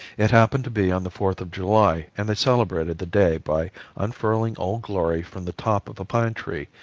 it happened to be on the fourth of july and they celebrated the day by unfurling old glory from the top of a pine tree,